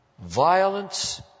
violence